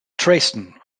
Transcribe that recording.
dresden